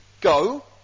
Go